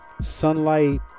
sunlight